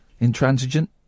Intransigent